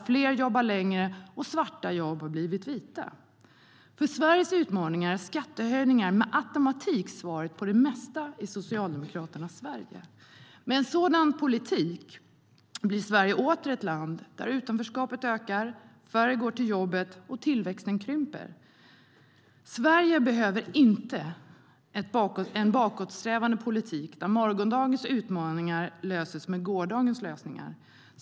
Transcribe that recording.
Fler jobbar längre, och svarta jobb har blivit vita. Sverige behöver inte en bakåtsträvande politik där morgondagens utmaningar möts med gårdagens lösningar.